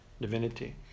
divinity